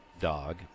dog